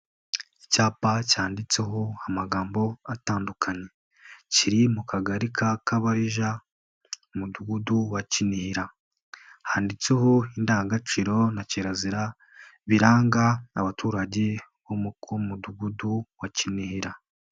Icyapa cyanditseho amagambo atandukanye, kiri mu Kagari Ka Barija, Umudugudu wa Kinihira, handitseho indangagaciro na kirazira, biranga abaturage bo ku mudugudu wa Kinihira.